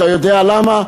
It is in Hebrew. אתה יודע למה?